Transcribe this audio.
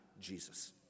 Jesus